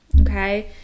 okay